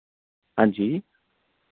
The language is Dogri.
हां जी